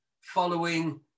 following